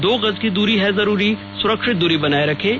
दो गज की दूरी है जरूरी सुरक्षित दूरी बनाए रखें